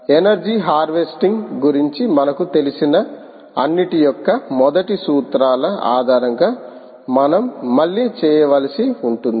energy harvesting గురించి మనకు తెలిసిన అన్నిటి యొక్క మొదటి సూత్రాల ఆధారంగా మనం మళ్ళీ చేయవలసి ఉంటుంది